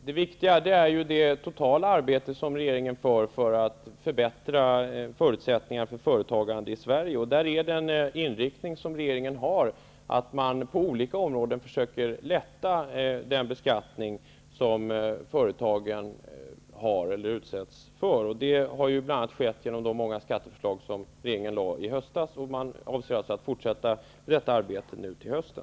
Herr talman! Det viktiga är det totala arbete som regeringen gör för att förbättra förutsättningarna för företagande i Sverige. Regeringens inriktning är att man på olika områden skall försöka minska den beskattning som företagen utsätts för. Det har bl.a. skett genom de skatteförslag som regeringen lade fram i höstas, och regeringen avser att fortsätta detta arbete nu till hösten.